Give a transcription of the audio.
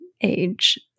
age